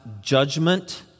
judgment